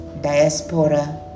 diaspora